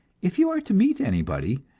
if you are to meet anybody,